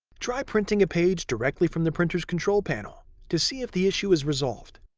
try printing a page directly from the printer's control panel to see if the issue is resolved.